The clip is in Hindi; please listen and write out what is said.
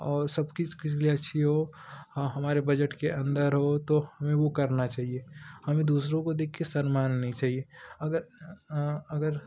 और सबके लिए अच्छी हो और हमारे बजट के अंडर हो तो वो हमें करना चाहिए हमें दूसरों को देख कर शर्माना नहीं चाहिए अगर आं अगर